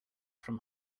from